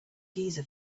giza